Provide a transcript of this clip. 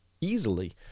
easily